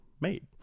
made